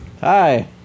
Hi